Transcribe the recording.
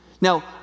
Now